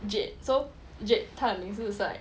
jade so jade 他的名字是 like